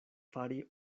fari